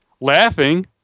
Laughing